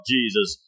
Jesus